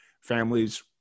families